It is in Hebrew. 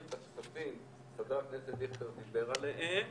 את הכספים שחבר הכנסת דיכטר דיבר עליהם,